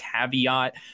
caveat